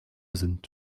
sind